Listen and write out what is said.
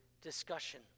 discussion